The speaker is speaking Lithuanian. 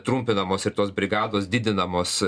trumpinamos ir tos brigados didinamos